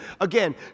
Again